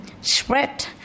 spread